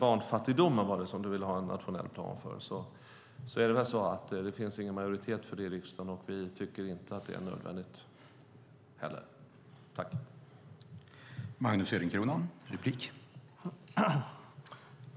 Magnus Ehrencrona vill ha en nationell plan mot barnfattigdomen, men det finns ingen majoritet för det i riksdagen och vi tycker inte att det är nödvändigt heller.